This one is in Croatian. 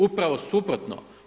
Upravo suprotno.